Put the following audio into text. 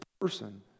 person